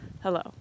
Hello